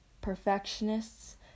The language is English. perfectionists